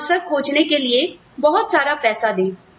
उन्हें अवसर खोजने के लिए बहुत सारा पैसा दे